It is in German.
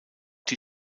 die